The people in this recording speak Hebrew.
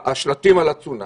את השלטים על צונאמי.